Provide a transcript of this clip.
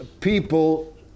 people